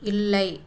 இல்லை